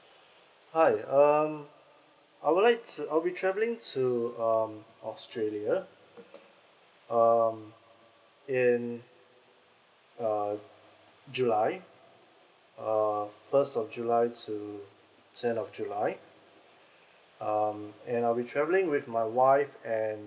hi um I would like to I'll be travelling to um australia um in uh july err first of july to tenth of july um and I'll be travelling with my wife and